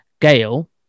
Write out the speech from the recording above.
Gail